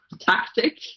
tactic